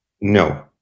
No